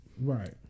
right